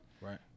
Right